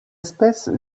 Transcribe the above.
espèce